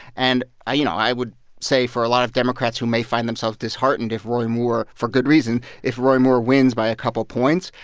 and, you know, i would say for a lot of democrats who may find themselves disheartened if roy moore for good reason if roy moore wins by a couple of points,